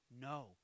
no